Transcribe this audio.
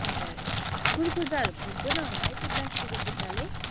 हजर कुर्कुच्चाहरू फुट्दैन होला है त्यो प्लास्टिकको जुत्ताले